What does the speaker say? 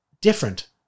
different